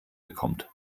bekommt